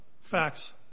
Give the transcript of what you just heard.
facts